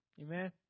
Amen